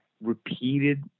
repeated